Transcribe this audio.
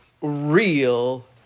real